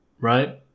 right